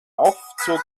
aufzug